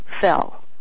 fell